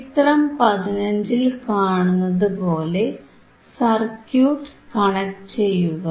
ചിത്രം 15ൽ കാണുന്നതുപോലെ സർക്യൂട്ട് കണക്ട് ചെയ്യുക